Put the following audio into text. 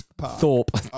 Thorpe